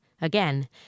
again